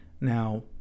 now